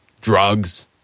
drugs